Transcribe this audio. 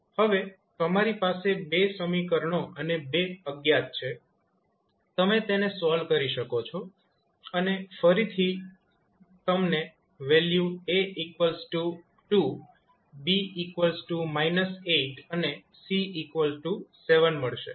હવે તમારી પાસે બે સમીકરણો અને બે અજ્ઞાત છે તમે તેને સોલ્વ કરી શકો છો અને ફરીથી તમને વેલ્યુ A 2 B −8 અને C 7 મળશે